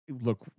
Look